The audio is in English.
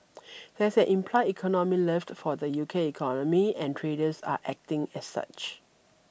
that's an implied economic lift for the U K economy and traders are acting as such